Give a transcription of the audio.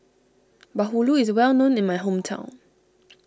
Bahulu is well known in my hometown